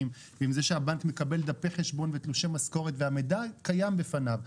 ועם זה שהבנק מקבל דפי חשבון ותלושי משכורת והמידע קיים בפניו,